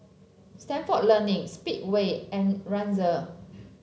Stalford Learning Speedway and Razer